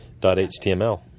HTML